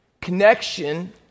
Connection